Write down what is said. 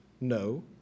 No